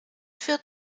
führt